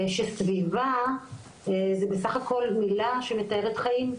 שסביבה היא בסך הכל מילה שמתארת חיים,